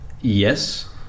yes